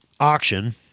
auction